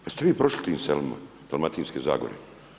Pa jeste vi prošli tim selima Dalmatinske zagore?